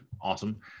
Awesome